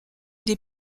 des